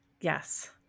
yes